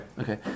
okay